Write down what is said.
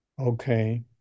Okay